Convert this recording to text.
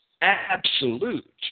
absolute